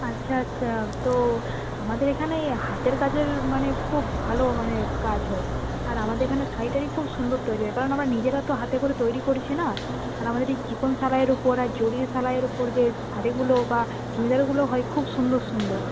আচ্ছা আচ্ছা তো আমাদের এখানে এই হাতের কাজের মানে খুব ভালো মানে কাজ হয় আর আমাদের এখানে শাড়ি টাড়ি খুব সুন্দর তৈরি হয় কারণ আমরা নিজেরা তো হাতে করে তৈরি করছি না আর আমাদের এই চিকন সেলাইয়ের ওপর আর জরি সেলাইয়ের ওপর যে শাড়িগুলো বা চুড়িদারগুলো হয় খুব সুন্দর সুন্দর